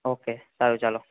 okay સારું ચાલો